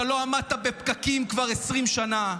אתה לא עמדת בפקקים כבר 20 שנה,